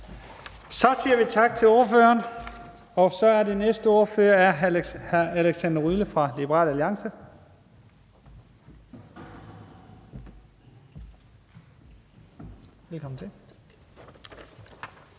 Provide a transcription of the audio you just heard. Så siger vi tak til ordføreren. Og så er den næste ordfører hr. Alexander Ryle fra Liberal Alliance. Velkommen til.